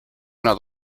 nad